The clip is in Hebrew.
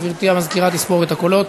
גברתי המזכירה, לספור את הקולות.